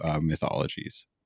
mythologies